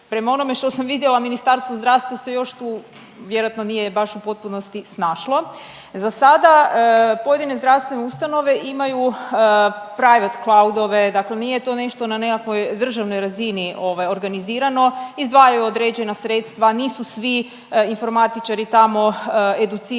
prema onome što sam vidjela Ministarstvo zdravstva se još tu vjerojatno nije baš u potpunosti snašlo. Za sada pojedine zdravstvene ustanove imaju privat cloudove dakle nije to nešto na nekakvoj državnoj razini organizirano, izdvajaju određena sredstva, nisu svi informatičari tamo educirani